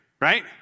Right